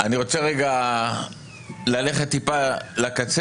אני רוצה ללכת טיפה לקצה.